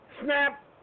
Snap